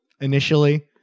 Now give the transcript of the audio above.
initially